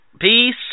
Peace